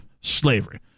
slavery